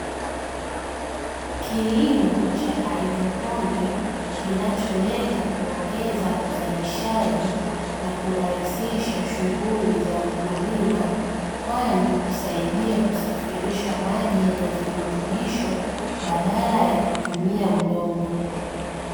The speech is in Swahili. Kilimo cha hydroponi kinacholenga kuongeza uzalishaji na kurahisisha shughuli za ukulima, kwani husaidia kusafirisha maji yenye virutubisho badala ya kutumia udongo.